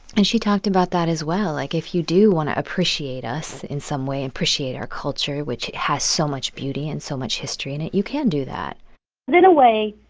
and she talked about that as well. like, if you do want to appreciate us in some way, appreciate our culture, which has so much beauty and so much history in it. you can do that and in a way,